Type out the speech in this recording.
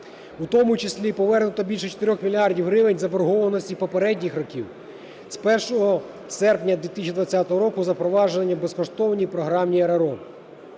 у тому числі повернуто більше 4 мільярдів гривень заборгованості попередніх років. З 1 серпня 2020 року запроваджені безкоштовні програмні РРО.